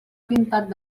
pintat